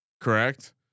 Correct